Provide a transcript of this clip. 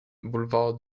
boulevard